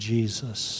Jesus